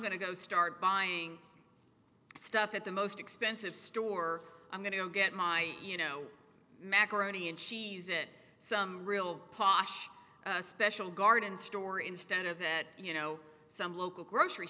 to go start buying stuff at the most expensive store i'm going to go get my you know macaroni and cheese it some real posh special garden store instead of that you know some local grocery